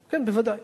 כן, בוודאי.